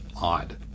odd